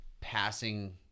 passing